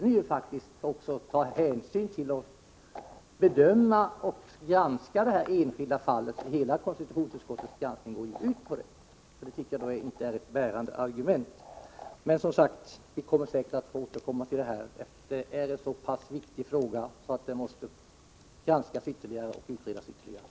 Ni måste ta hänsyn till, bedöma och granska detta enskilda fall — hela konstitutionsutskottets granskning går ju ut på det. Wivi-Anne Cederqvists argument är alltså inte bärande. Vi kommer säkert att återkomma till denna fråga, för den är så pass viktig att den måste granskas och utredas ytterligare.